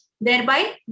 Thereby